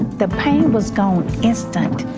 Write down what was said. the pain was gone instantly.